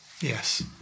yes